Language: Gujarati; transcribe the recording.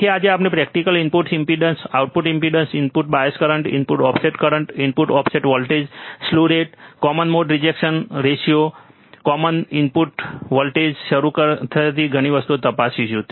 તેથી આજે આપણે પ્રેક્ટિકલમાં input impedance output impedance input bias current input offset current input offset voltage slew rate common mode rejection ratio common mode input વોલ્ટેજથી શરૂ થતી ઘણી વસ્તુઓ તપાસીશું